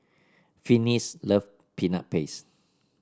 Finis love Peanut Paste